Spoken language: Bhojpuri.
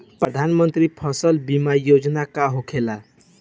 प्रधानमंत्री फसल बीमा योजना का होखेला?